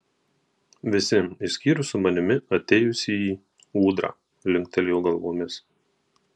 visi išskyrus su manimi atėjusįjį ūdrą linktelėjo galvomis